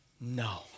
No